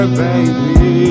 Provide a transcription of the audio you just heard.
baby